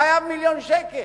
חייב מיליון שקל,